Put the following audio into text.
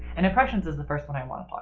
and impressions is the first one i want but